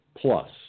plus